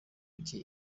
mike